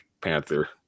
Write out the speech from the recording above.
Panther